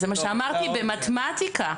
במתמטיקה,